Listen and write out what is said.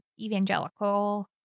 evangelical